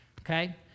okay